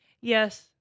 Yes